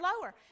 lower